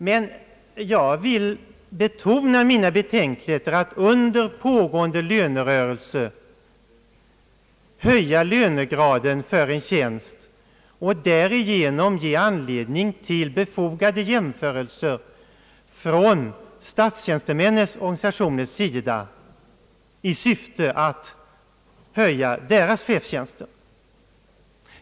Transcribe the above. Men jag vill betona mina betänkligheter att under pågående lönerörelse för statstjänstemännen höja lönegraden för en tjänst i riksdagen och därigenom ge anledning till befogade jämförelser hos statstjänstemännens organisationer i syfte att höja deras chefstjänster.